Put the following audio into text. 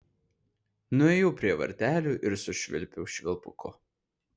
nuėjau prie vartelių ir sušvilpiau švilpuku